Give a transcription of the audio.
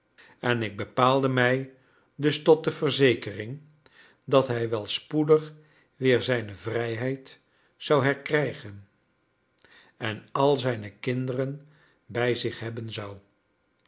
en ik bepaalde mij dus tot de verzekering dat hij wel spoedig weer zijne vrijheid zou herkrijgen en al zijne kinderen bij zich hebben zou